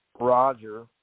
Roger